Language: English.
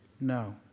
No